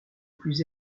plus